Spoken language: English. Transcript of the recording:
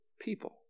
people